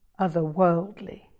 otherworldly